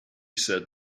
said